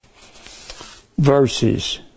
verses